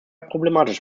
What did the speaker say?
problematisch